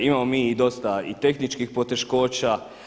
Imamo mi dosta i tehničkih poteškoća.